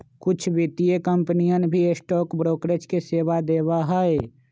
कुछ वित्तीय कंपनियन भी स्टॉक ब्रोकरेज के सेवा देवा हई